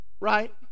Right